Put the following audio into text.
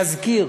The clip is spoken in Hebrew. להזכיר,